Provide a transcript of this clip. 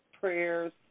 prayers